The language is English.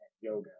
yoga